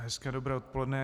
Hezké dobré odpoledne.